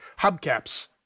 hubcaps